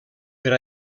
per